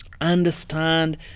understand